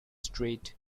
street